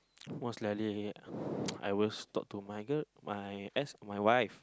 most likely I will talk to my girl my ex my wife